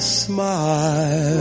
smile